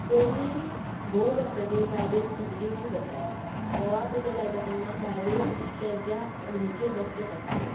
पयलीं घोव मरतकीर बायलेक सती दिवची पडटाली घोवांक उजो लायता तेन्ना बायलेक तेच्या अग्नीचेर बसचे पडटालें